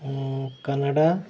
Canada